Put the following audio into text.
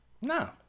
No